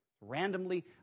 randomly